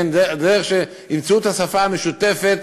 שימצאו את השפה המשותפת,